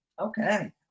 okay